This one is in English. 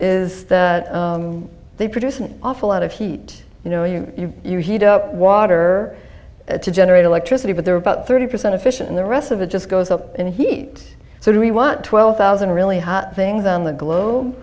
is that they produce an awful lot of heat you know you you heat up water to generate electricity but there are about thirty percent efficient in the rest of it just goes up in heat so we want twelve thousand really hot things on the globe